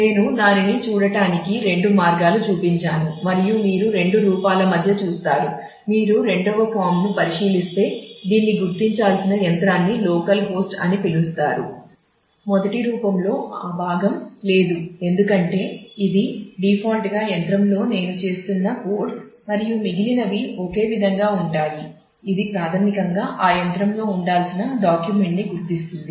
నేను దానిని చూడటానికి రెండు మార్గాలు చూపించాను మరియు మీరు రెండు రూపాల మధ్య చూస్తారు మీరు రెండవ ఫారమ్ ని గుర్తిస్తుంది